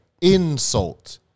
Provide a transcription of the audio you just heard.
Insult